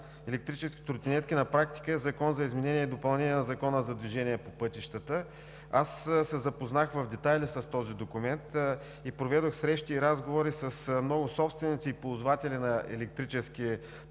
електрическите тротинетки на практика е Закон за изменение и допълнение на Закона за движение по пътищата. Запознах се в детайли с този документ. Проведох срещи и разговори с много собственици и ползватели на електрически тротинетки